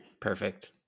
Perfect